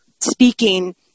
speaking